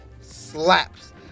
slaps